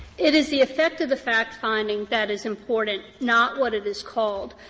it is the effect of the fact finding that is important, not what it is called.